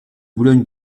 boulogne